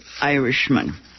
Irishman